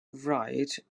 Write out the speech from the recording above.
wright